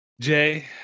Jay